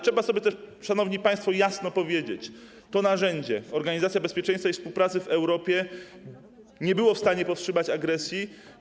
Trzeba sobie też, szanowni państwo, jasno powiedzieć, że to narzędzie, czyli Organizacja Bezpieczeństwa i Współpracy w Europie, nie było w stanie powstrzymać agresji.